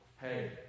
Hey